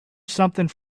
something